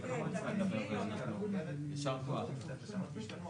אני לא יכולה להתחייב בשם החוקרת,